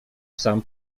sam